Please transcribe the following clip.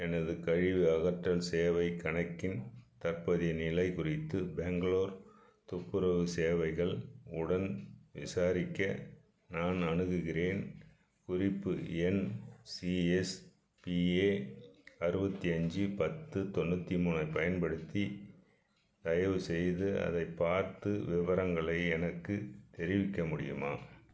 எனது கழிவு அகற்றல் சேவைக் கணக்கின் தற்போதைய நிலைக் குறித்து பெங்களூர் துப்புரவு சேவைகள் உடன் விசாரிக்க நான் அணுகுகின்றேன் குறிப்பு எண் சிஎஸ்பிஏ அறுபத்தி அஞ்சு பத்து தொண்ணூற்றி மூணைப் பயன்படுத்தி தயவுசெய்து அதைப் பார்த்து விவரங்களை எனக்குத் தெரிவிக்க முடியுமா